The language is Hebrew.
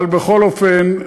אבל בכל אופן,